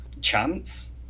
chance